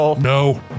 No